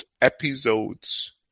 episodes